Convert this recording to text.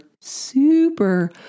super